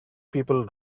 people